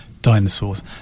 dinosaurs